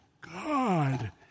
God